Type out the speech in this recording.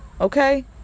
Okay